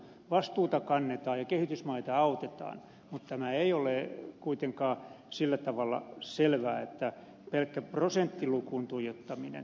vastuuta kannetaan ja kehitysmaita autetaan mutta tämä ei ole kuitenkaan sillä tavalla selvä tämä pelkkä prosenttilukuun tuijottaminen